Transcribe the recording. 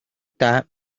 ruta